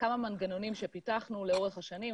כמה מנגנונים שפיתחנו לאורך השנים.